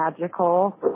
magical